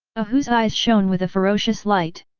a hu's eyes shone with a ferocious light.